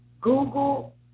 Google